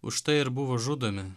už tai ir buvo žudomi